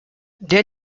der